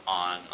on